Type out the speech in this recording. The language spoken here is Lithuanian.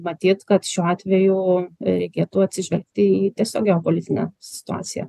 matyt kad šiuo atveju reikėtų atsižvelgti į tiesiog geopolitinę situaciją